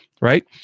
right